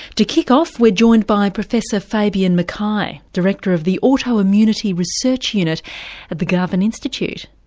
to kick off, we're joined by professor fabienne mackay, director of the autoimmunity research unit at the garvan institute.